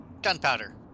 Gunpowder